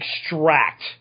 extract